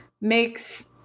makes